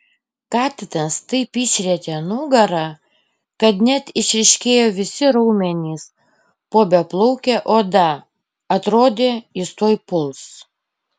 katinas taip išrietė nugarą kad net išryškėjo visi raumenys po beplauke oda atrodė jis tuoj puls